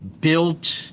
built